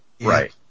Right